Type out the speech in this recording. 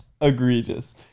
egregious